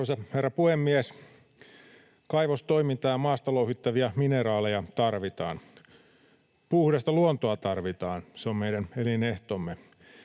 herra puhemies! Kaivostoimintaa ja maasta louhittavia mineraaleja tarvitaan. Puhdasta luontoa tarvitaan, se on meidän elinehtomme.